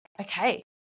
okay